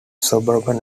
suburban